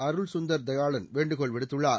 அருள்சுந்தர் தயாளன் வேண்டுகோள் விடுத்துள்ளார்